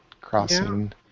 crossing